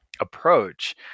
approach